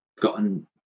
gotten